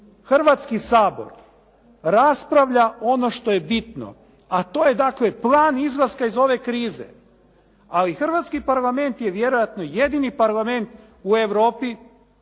Hrvatski sabora raspravlja ono što je bitno, a to je dakle plan izlaska iz ove krize. Ali hrvatski Parlament je vjerojatno jedni Parlament u Europi